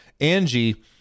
Angie